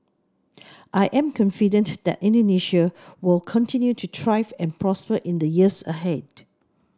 I am confident that Indonesia will continue to thrive and prosper in the years ahead